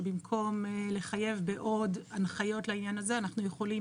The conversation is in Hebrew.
שבמקום לחייב בעוד הנחיות לענין הזה אנחנו יכולים